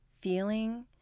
feeling